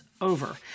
over –